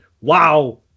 wow